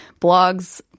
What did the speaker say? blogs